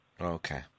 Okay